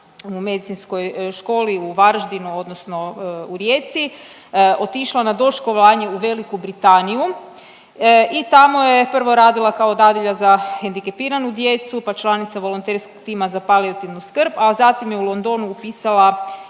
u Medicinskoj školi u Varaždinu odnosno u Rijeci otišla na doškolovanje u Veliku Britaniju i tamo je prvo radila kao dadilja za hendikepiranu djecu, pa članica volonterskog tima za palijativnu skrb, a zatim je u Londonu upisala